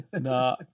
No